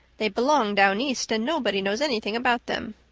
they belong down east and nobody knows anything about them.